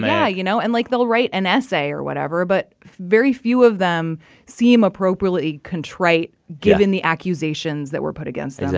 yeah, you know? and like, they'll write an essay or whatever. but very few of them seem appropriately contrite given the accusations that were put against them. yeah